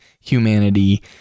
humanity